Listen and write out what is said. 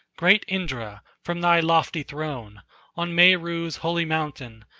great indra, from thy lofty throne on meru's holy mountain,